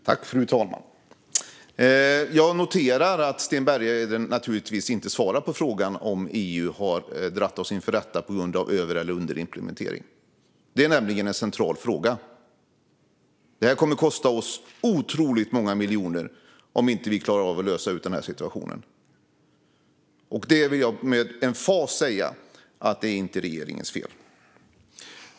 Fru talman! Jag noterar att Sten Bergheden naturligtvis inte svarar på frågan om EU har dragit oss inför rätta på grund av över eller underimplementering. Det är nämligen en central fråga. Det kommer att kosta oss otroligt många miljoner om vi inte klarar av att lösa den här situationen. Jag vill med emfas säga att det inte är regeringens fel.